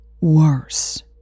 Worse